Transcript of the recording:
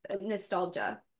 nostalgia